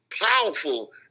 powerful